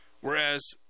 whereas